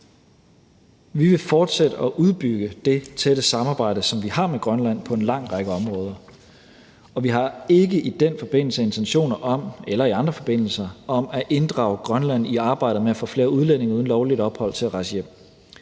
Vi vil fortsætte og udbygge det tætte samarbejde, som vi har med Grønland på en lang række områder. Og vi har ikke i den forbindelse – eller i nogen andre forbindelser – intentioner om at inddrage Grønland i arbejdet med at få flere udlændinge uden lovligt ophold til at rejse hjem.